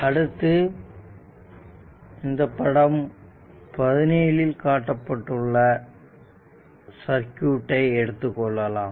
அடுத்து இந்த படம் 17 இல் காட்டப்பட்டுள்ள சர்க்யூட்டை எடுத்துக்கொள்ளலாம்